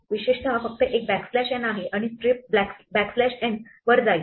विशेषतः फक्त एक बॅकस्लॅश n आहे आणि strip बॅकस्लॅश n वर जाईल